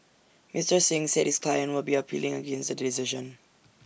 Mister Singh said his client would be appealing against the decision